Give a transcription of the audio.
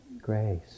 grace